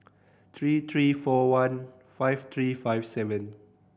three three four one five three five seven